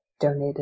donated